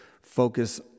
focus